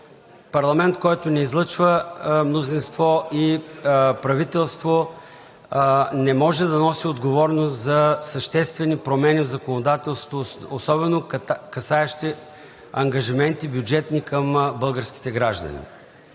парламент, който не излъчва мнозинство и правителство, не може да носи отговорност за съществени промени в законодателството, особено касаещи бюджетни ангажименти към българските граждани.